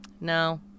No